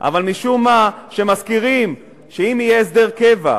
אבל משום מה, כשמזכירים שאם יהיה הסדר קבע,